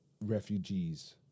refugees